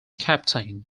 captain